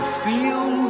feel